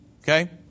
Okay